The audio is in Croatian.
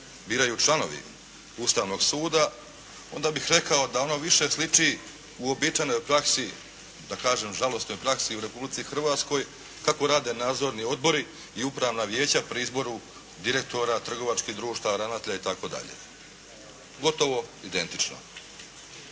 biraju članovi Ustavnog suda onda bih rekao da ono više sliči uobičajenoj praksi, da kažem žalosnoj praksi u Republici Hrvatskoj kako rade nadzorni odbori i upravna vijeća pri izboru direktora trgovačkih društava, ravnatelja itd. Gotovo identično.